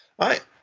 Right